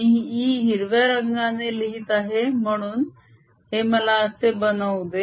मी E हिरव्या रंगाने लिहित आहे म्हणून हे मला असे बनवू दे